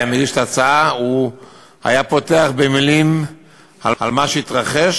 מגיש את ההצעה הוא היה פותח במילים על מה שהתרחש.